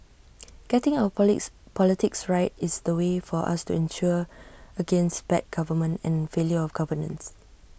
getting our Police politics right is the way for us to insure against bad government and failure of governance